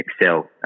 excel